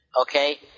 Okay